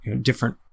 different